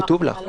כתוב לך.